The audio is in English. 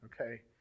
Okay